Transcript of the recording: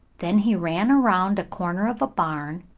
then he ran around a corner of a barn,